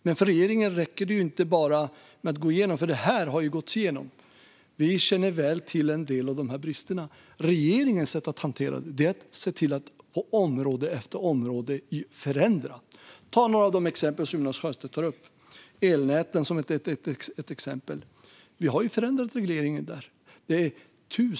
Men för regeringen räcker det inte att bara gå igenom detta, för det har gåtts igenom. Vi känner väl till en del av dessa brister. Regeringens sätt att hantera det är att på område efter område se till att förändra. Ta några av de exempel som Jonas Sjöstedt tar upp. Elnätet är ett. Vi har förändrat regleringen där.